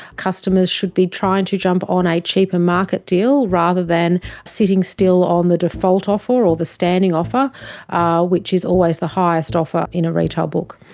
customers should be trying to jump on a cheaper market deal rather than sitting still on the default offer or the standing offer which is always the highest offer in a retail book.